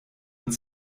und